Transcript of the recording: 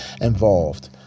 involved